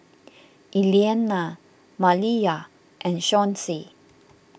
Elianna Maliyah and Chauncy